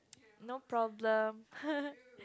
no problem